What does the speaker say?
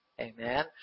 amen